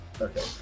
Okay